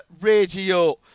Radio